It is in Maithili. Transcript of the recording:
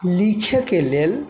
लिखैके लेल